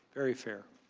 very fair.